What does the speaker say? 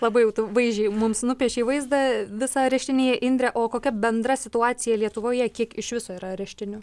labai jau tu vaizdžiai mums nupiešei vaizdą visą areštinėje indre o kokia bendra situacija lietuvoje kiek iš viso yra areštinių